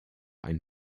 einen